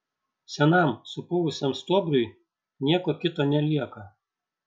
senam supuvusiam stuobriui nieko kito nelieka